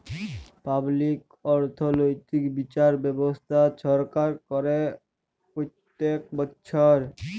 public অথ্থলৈতিক বিচার ব্যবস্থা ছরকার ক্যরে প্যত্তেক বচ্ছর